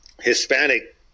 Hispanic